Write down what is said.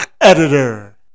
Editor